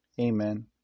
Amen